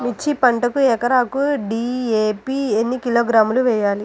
మిర్చి పంటకు ఎకరాకు డీ.ఏ.పీ ఎన్ని కిలోగ్రాములు వేయాలి?